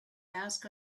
ask